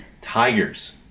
tigers